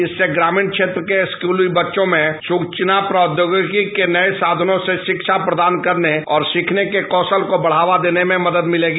इससे ग्रामीण क्षेत्र के स्कूली बच्चों में सुचना प्रौद्योगिकी के नये साधनों से शिक्षा प्रदान करने और सीखने के कौशल को बढावा देने में मदद मिलेगी